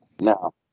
Now